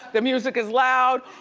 the music is loud,